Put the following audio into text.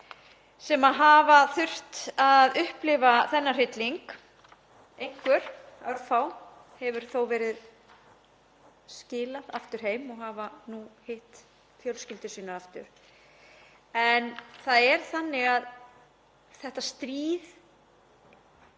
sem hafa þurft að upplifa þennan hrylling. Einhverjum, örfáum, hefur þó verið skilað aftur heim og hafa nú hitt fjölskyldur sínar aftur. En það er þannig að þetta stríð